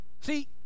See